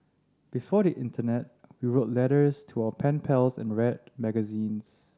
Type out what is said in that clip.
before the internet we wrote letters to our pen pals and read magazines